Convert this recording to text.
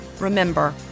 remember